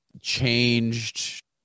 changed